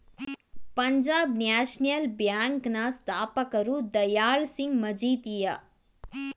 Punjab national bank ನ ಸ್ಥಾಪಕರು ದಯಾಳ್ ಸಿಂಗ್ ಮಜಿತಿಯ